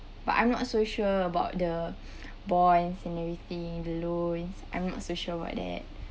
but I'm not so sure about the bonds and everything the loans I'm not so sure about that